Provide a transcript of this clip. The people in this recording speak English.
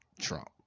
Trump